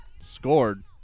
scored